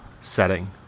setting